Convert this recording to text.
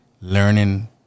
learning